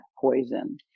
poison